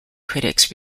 critics